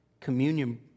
Communion